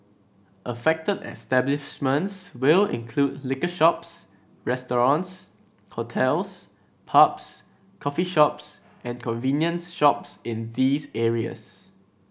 affected establishments will include liquor shops restaurants hotels pubs coffee shops and convenience shops in these areas